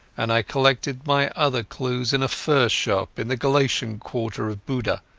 and i collected my other clues in a fur-shop in the galician quarter of buda,